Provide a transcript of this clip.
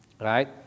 right